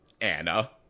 Anna